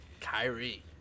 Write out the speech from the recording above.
Kyrie